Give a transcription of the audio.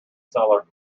cellar